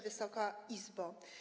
Wysoka Izbo!